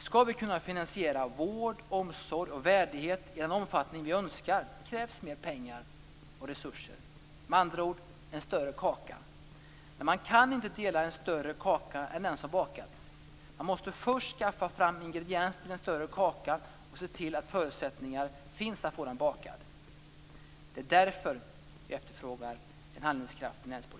Skall vi kunna finansiera vård, omsorg och värdighet i den omfattning som vi önskar, då krävs det mera pengar och resurser - med andra ord: en större kaka. Men man kan inte dela en större kaka än den som bakats. Man måste först skaffa fram ingredienser till en större kaka och se till att förutsättningar finns att få den bakad. Där är därför som vi efterfrågar en handlingskraftig näringspolitik.